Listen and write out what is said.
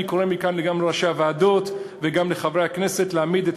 אני קורא מכאן גם לראשי הוועדות וגם לחברי הכנסת להעמיד את